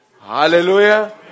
Hallelujah